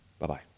Bye-bye